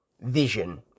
vision